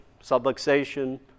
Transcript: subluxation